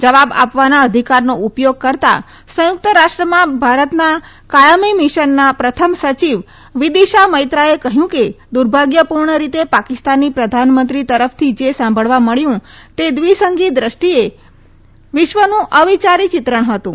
જવાબ આપવાના અધિકારનો ઉપયોગ કરતા સંયુક્ત રાષ્ટ્રમાં બારતના કાયમી મિશનના પ્રથમ સચિવ વિદિશા મૈત્રાએ કહ્યું કે દ્વર્ભાગ્ય પ્રર્ણ રીતે પાકિસ્તાની પ્રધાનમંત્રી તરફથી જે સાંભળવા મળ્યું તે દ્વિસંગી દ્રષ્ટિએ વિશ્વનું અવિચારી ચિત્રણ હતું